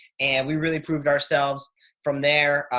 and we really proved ourselves from there.